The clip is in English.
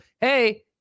hey